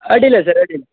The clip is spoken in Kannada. ಅಡ್ಡಿಲ್ಲ ಸರ್ ಅಡ್ಡಿಲ್ಲ